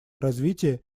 развития